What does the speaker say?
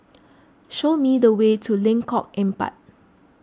show me the way to Lengkok Empat